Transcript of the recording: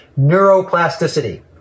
neuroplasticity